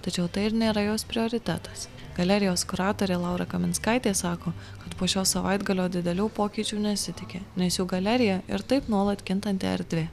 tačiau tai ir nėra jos prioritetas galerijos kuratorė laura kaminskaitė sako kad po šio savaitgalio didelių pokyčių nesitiki nes jų galerija ir taip nuolat kintanti erdvė